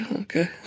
okay